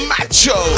Macho